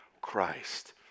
Christ